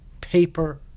paper